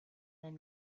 then